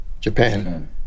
Japan